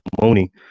Mooney